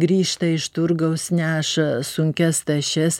grįžta iš turgaus neša sunkias tašes